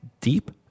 deep